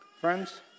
Friends